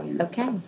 Okay